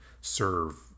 serve